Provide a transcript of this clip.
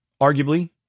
arguably